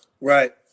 Right